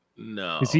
No